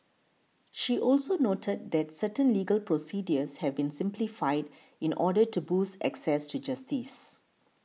she also noted that certain legal procedures have been simplified in order to boost access to justice